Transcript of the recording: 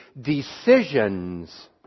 decisions